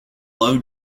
low